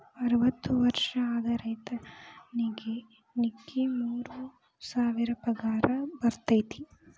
ಅರ್ವತ್ತ ವರ್ಷ ಆದ ರೈತರಿಗೆ ನಿಕ್ಕಿ ಮೂರ ಸಾವಿರ ಪಗಾರ ಬರ್ತೈತಿ